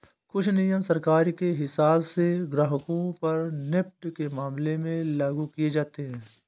कुछ नियम सरकार के हिसाब से ग्राहकों पर नेफ्ट के मामले में लागू किये जाते हैं